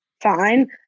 Fine